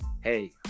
Hey